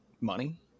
money